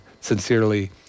Sincerely